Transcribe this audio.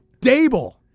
Dable